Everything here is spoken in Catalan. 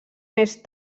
més